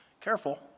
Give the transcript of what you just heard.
Careful